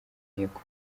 inteko